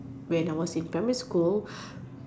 when I was in primary school